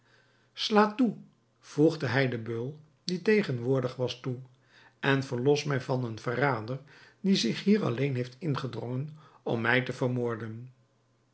sla toe voegde hij den beul die tegenwoordig was toe en verlos mij van een verrader die zich hier alleen heeft ingedrongen om mij te vermoorden